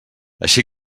així